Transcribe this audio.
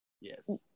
Yes